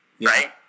Right